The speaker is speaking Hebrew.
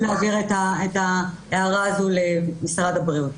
צריך להעביר את ההערה הזאת למשרד הבריאות.